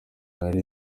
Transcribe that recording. ari